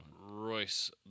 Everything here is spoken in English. Royce